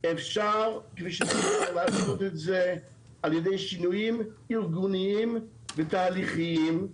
אפשר לשיטתי לעשות את זה על ידי שינויים ארגוניים ותהליכיים,